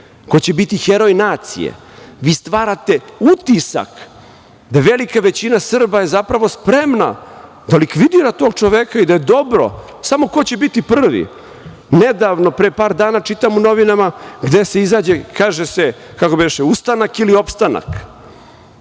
ko će biti heroj nacije. Vi stvarate utisak da velika većina Srba je zapravo spremna da likvidira tog čoveka i da je dobro samo ko će biti prvi. Nedavno, pre par dana, čitam u novinama gde se izađe i kaže se, kako beše, ustanak ili opstanak.